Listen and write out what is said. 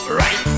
right